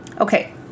Okay